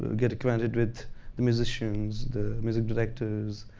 get acquainted with the musicians, the music directors,